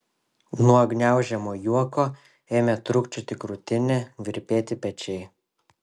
nuo gniaužiamo juoko ėmė trūkčioti krūtinė virpėti pečiai